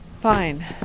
Fine